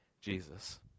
Jesus